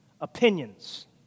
opinions